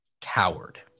coward